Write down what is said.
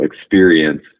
experience